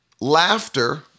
laughter